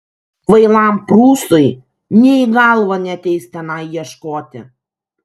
kvailam prūsui nė į galvą neateis tenai ieškoti